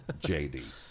jd